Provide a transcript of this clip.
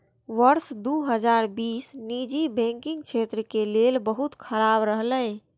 वर्ष दू हजार बीस निजी बैंकिंग क्षेत्र के लेल बहुत खराब रहलै